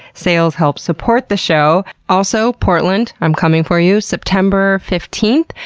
sales help support the show. also, portland, i'm coming for you september fifteenth,